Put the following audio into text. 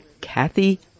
Kathy